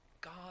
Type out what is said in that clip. God